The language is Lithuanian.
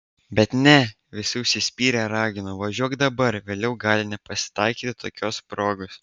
bet ne visi užsispyrę ragino važiuok dabar vėliau gali nepasitaikyti tokios progos